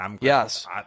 Yes